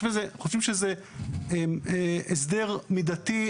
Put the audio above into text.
אנחנו חושבים שזה הסדר מידתי,